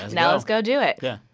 now let's go do it yeah.